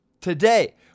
Today